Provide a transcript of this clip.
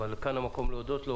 אבל כאן המקום להודות לו,